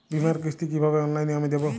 বীমার কিস্তি কিভাবে অনলাইনে আমি দেবো?